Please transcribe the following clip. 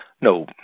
no